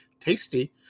tasty